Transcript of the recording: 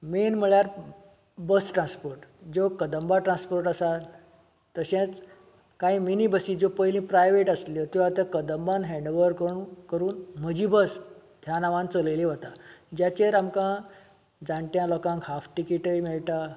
main म्हणल्यार bus transport ज्यो Kadamba transport आसात तशेंच कांय मिनी बसी ज्यो पयलीं प्रायवेट आसल्यो त्यो आतां कदंबान हेण्ड ओवर कडून करून म्हजी बस ह्या नांवान चलयली वता जाचेर आमकां जाणट्या लोकांक हाफ तिकेटय मेळटा